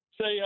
Say